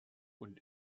und